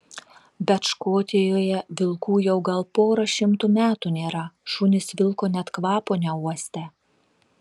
bet škotijoje vilkų jau gal pora šimtų metų nėra šunys vilko net kvapo neuostę